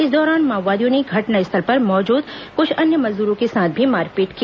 इस दौरान माओवादियों ने घटनास्थल पर मौजूद कुछ अन्य मजदूरों के साथ भी मारपीट की